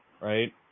right